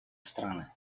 страны